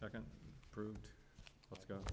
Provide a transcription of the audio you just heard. second proved let's go